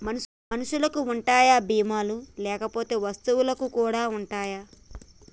మనుషులకి ఉంటాయా బీమా లు లేకపోతే వస్తువులకు కూడా ఉంటయా?